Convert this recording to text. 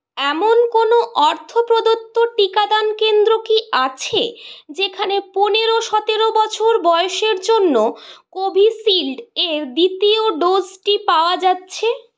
এমন কোনও অর্থ প্রদত্ত টিকাদান কেন্দ্র কি আছে যেখানে পনেরো সতেরো বছর বয়সের জন্য কোভিশিল্ডের দ্বিতীয় ডোজটি পাওয়া যাচ্ছে